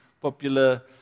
popular